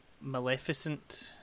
Maleficent